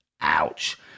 Ouch